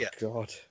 God